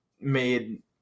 made –